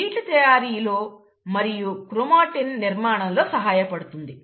వీటి తయారీలో మరియు క్రోమాటిన్ నిర్మాణంలో సహాయపడుతుంది